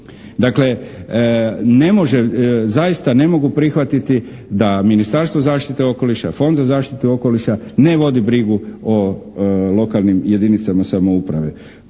Dakle, zaista ne mogu prihvatiti da Ministarstvo zaštite okoliša, Fond za zaštitu okoliša ne vodi brigu o lokalnim jedinicama samouprave.